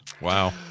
wow